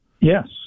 Yes